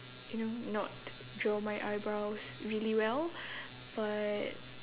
you know not draw my eyebrows really well but